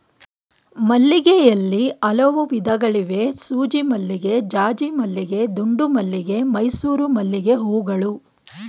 ಮಲ್ಲಿಗೆಯಲ್ಲಿ ಹಲವು ವಿಧಗಳಿವೆ ಸೂಜಿಮಲ್ಲಿಗೆ ಜಾಜಿಮಲ್ಲಿಗೆ ದುಂಡುಮಲ್ಲಿಗೆ ಮೈಸೂರು ಮಲ್ಲಿಗೆಹೂಗಳು